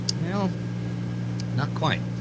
no not quite,